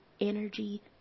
energy